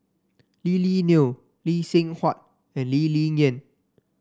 Lily Neo Lee Seng Huat and Lee Ling Yen